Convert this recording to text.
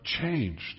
changed